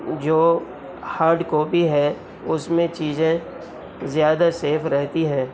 جو hard copy ہے اس میں چیزیں زیادہ سیف رہتی ہیں